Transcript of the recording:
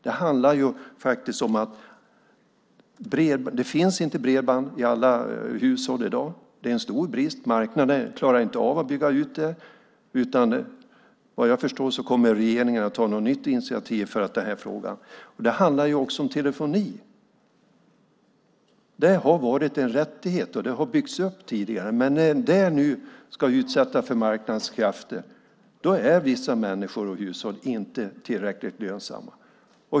Det handlar faktiskt om att det inte finns bredband i alla hushåll i dag. Det är en stor brist. Marknaden klarar inte av att bygga ut det utan vad jag förstår kommer regeringen att ta något nytt initiativ i frågan. Det handlar också om telefoni. Det har varit en rättighet, och det har byggts upp tidigare. Men när de nu utsätts för marknadskrafter är vissa människor och hushåll inte tillräckligt lönsamma.